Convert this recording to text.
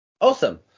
Awesome